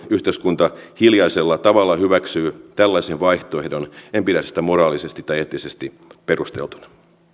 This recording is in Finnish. yhteiskunta hiljaisella tavalla hyväksyy tällaisen vaihtoehdon en pidä sitä moraalisesti tai eettisesti perusteltuna